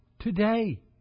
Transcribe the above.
today